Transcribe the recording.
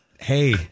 Hey